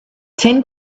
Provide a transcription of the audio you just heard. tin